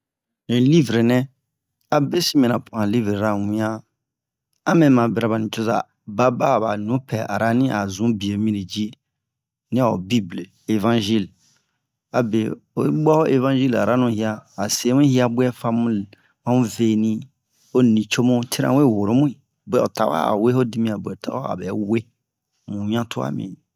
ni livre nɛ a be sin mɛna po an livrura wian a mɛma bira ba nicoza baba a nupɛ arani a sun bwe mi ni dji ni a'o bible evanzil a bwe oyi bwa o evangjil aranu hiya a semu hiya bɛ famu veni o nicomu tena we woromui bwɛ o tawe a we o dimiyan bwɛ o tawe a bɛ we mu wiyan tua mi